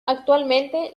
actualmente